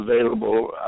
available